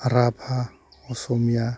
Rabha Asamiya